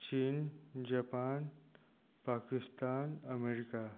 चीन Japan Pakistan America